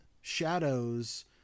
shadows